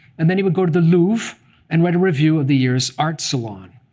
and then he would go to the louvre and write a review of the year's art salon.